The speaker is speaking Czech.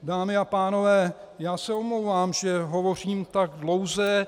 Dámy a pánové, já se omlouvám, že hovořím tak dlouze.